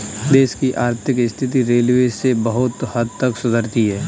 देश की आर्थिक स्थिति रेलवे से बहुत हद तक सुधरती है